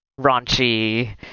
raunchy